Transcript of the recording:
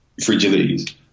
fragilities